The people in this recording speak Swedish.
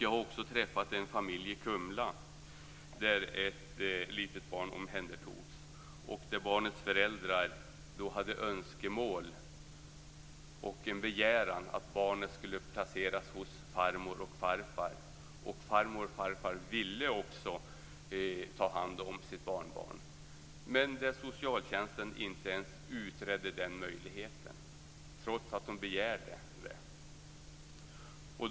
Jag har också träffat en familj i Kumla där ett litet barn omhändertogs och där barnets föräldrar hade önskemål, en begäran, om att barnet skulle placeras hos farmor och farfar. Farmor och farfar ville också ta hand om sitt barnbarn. Men socialtjänsten utredde inte ens möjligheten - trots att man begärde detta.